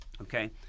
Okay